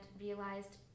realized